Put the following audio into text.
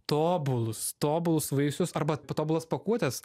tobulus tobulus vaisius arba tobulas pakuotes